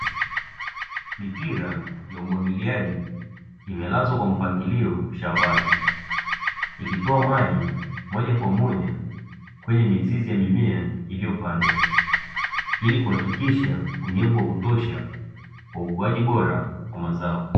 Mipira ya umwagiliaji imelazwa kwa mpangilio shambani, ikitoa maji moja kwa moja kwenye mizizi ya mimea iliyopandwa, ili kuhakikisha unyevu wa kutosha kwa ukuaji bora wa mazao.